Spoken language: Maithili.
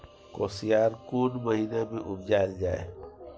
कोसयार कोन महिना मे उपजायल जाय?